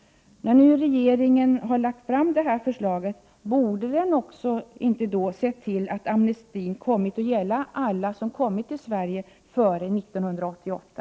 När nu regeringen lagt fram detta förslag, borde den då inte också sett till att ”amnestin” kommit att gälla alla som kommit till Sverige före 1988?